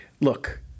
look